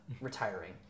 retiring